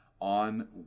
on